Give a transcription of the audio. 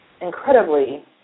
incredibly